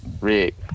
Rick